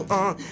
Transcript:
on